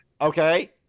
Okay